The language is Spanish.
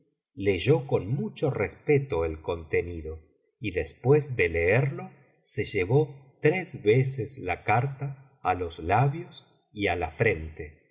leyó con mucho respeto el contenido y después de leerlo se llevó tres veces la carta á los labios y á la frente